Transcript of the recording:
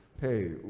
hey